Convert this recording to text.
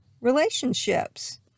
relationships